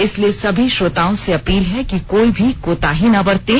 इसलिए सभी श्रोताओं से अपील है कि कोई भी कोताही ना बरतें